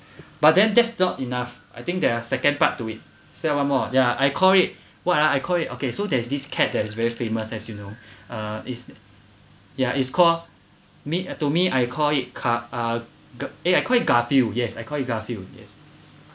but then that's not enough I think there are second part to it is there one more ya I call it what ah I call it okay so there's this cat that is very famous as you know uh it's yeah it's called me uh to me I call it car~ ah eh I called it garfield yes I call it garfield yes